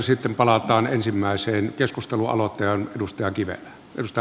sitten palataan keskustelun aloittajaan edustaja kivelään